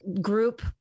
group